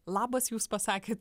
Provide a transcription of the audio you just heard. labas jūs pasakėt